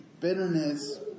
bitterness